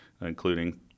including